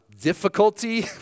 difficulty